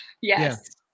yes